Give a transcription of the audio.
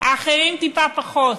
על האחרים טיפה פחות.